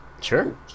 Sure